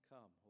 Come